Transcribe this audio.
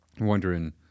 wondering